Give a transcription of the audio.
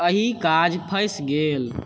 एहि काज फँसि गेल